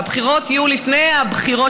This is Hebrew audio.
והבחירות יהיו לפני הבחירות,